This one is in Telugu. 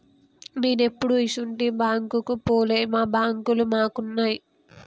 నేనెప్పుడూ ఇసుంటి బాంకుకు పోలే, మా బాంకులు మాకున్నయ్